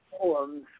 poems